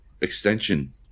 extension